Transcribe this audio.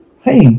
Hey